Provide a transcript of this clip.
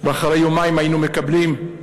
ואחרי יומיים היינו מקבלים,